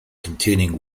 containing